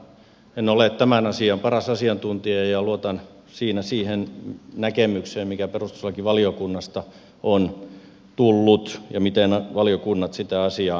en ole tämän asian paras asiantuntija ja luotan siinä siihen näkemykseen mikä perustuslakivaliokunnasta on tullut ja miten valiokunnat sitä asiaa ovat arvioineet